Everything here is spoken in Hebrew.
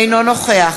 אינו נוכח